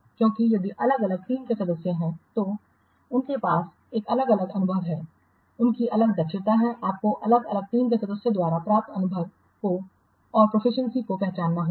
क्योंकि यदि अलग अलग टीम के सदस्य हैं तो उनके पास एक अलग अनुभव है उनकी अलग दक्षता है आपको अलग अलग टीम के सदस्यों द्वारा प्राप्त अनुभव और प्रोफिशिएंसी को पहचानना होगा